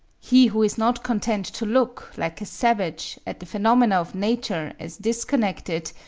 he who is not content to look, like a savage, at the phenomena of nature as disconnected,